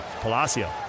Palacio